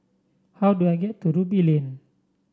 how do I get to Ruby Lane